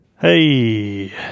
Hey